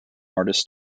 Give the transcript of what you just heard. artist